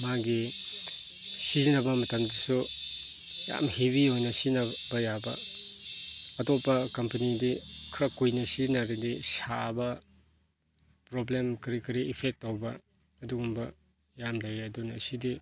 ꯃꯥꯒꯤ ꯁꯤꯖꯤꯟꯅꯕ ꯃꯇꯝꯗꯁꯨ ꯌꯥꯝ ꯍꯦꯚꯤ ꯑꯣꯏꯅ ꯁꯤꯖꯤꯟꯅꯕ ꯌꯥꯕ ꯑꯇꯣꯞꯄ ꯀꯝꯄꯅꯤꯗꯤ ꯈꯔ ꯀꯨꯏꯅ ꯁꯤꯖꯤꯟꯅꯔꯗꯤ ꯁꯥꯕ ꯄ꯭ꯔꯣꯕ꯭ꯂꯦꯝ ꯀꯔꯤ ꯀꯔꯤ ꯏꯐꯦꯛ ꯇꯧꯕ ꯑꯗꯨꯒꯨꯝꯕ ꯌꯥꯝ ꯂꯩꯌꯦ ꯑꯗꯨꯅ ꯁꯤꯗꯤ